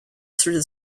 through